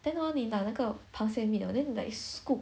then hor 你拿那个螃蟹 meat hor then 你 like scope